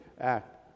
act